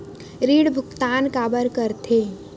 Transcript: ऋण भुक्तान काबर कर थे?